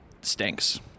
stinks